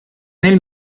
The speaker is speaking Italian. nel